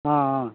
ಹಾಂ ಹಾಂ